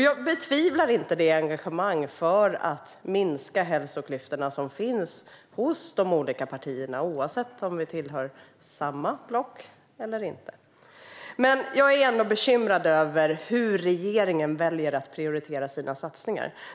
Jag betvivlar inte det engagemang för att minska hälsoklyftorna som finns hos de olika partierna, oavsett om vi tillhör samma block eller inte, men jag är bekymrad över hur regeringen väljer att prioritera sina satsningar.